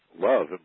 Love